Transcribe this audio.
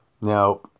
Now